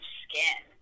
skin